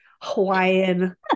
Hawaiian